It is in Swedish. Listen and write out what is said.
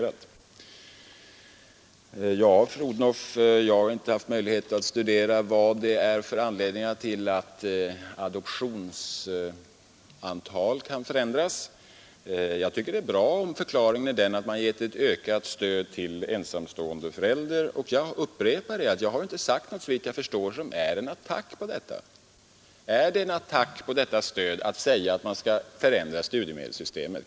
Jag har, fru Odhnoff, inte haft möjlighet att studera vad det kan finnas för anledningar till att adoptionsantalet förändras. Jag tycker att det är bra om förklaringen är att man har givit ett ökat stöd till ensamstående föräldrar. Jag upprepar att jag inte har sagt någonting som är en attack mot detta stöd. Är det en attack mot stödet till ensamstående föräldrar att säga att man bör förändra studiemedelssystemet?